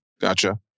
Gotcha